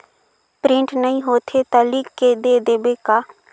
Print नइ होथे ता लिख के दे देबे का?